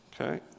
Okay